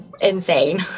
insane